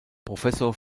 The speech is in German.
professor